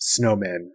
snowmen